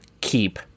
keep